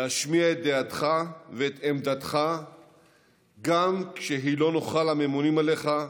להשמיע את דעתך ואת עמדתך גם כשהיא לא נוחה לממונים עליך,